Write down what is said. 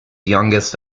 youngest